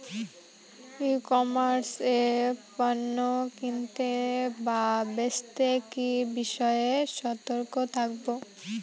ই commerce এ পণ্য কিনতে বা বেচতে কি বিষয়ে সতর্ক থাকব?